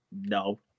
No